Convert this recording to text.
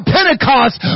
Pentecost